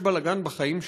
יש בלגן בחיים שלנו.